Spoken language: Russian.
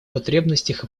потребностях